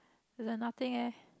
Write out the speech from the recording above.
there is nothing eh